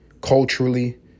culturally